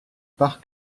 par